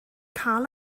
cael